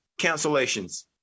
cancellations